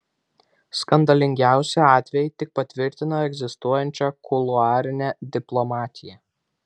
skandalingiausi atvejai tik patvirtina egzistuojančią kuluarinę diplomatiją